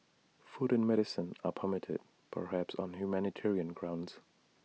food and medicine are permitted perhaps on humanitarian grounds